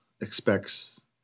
expects